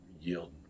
yield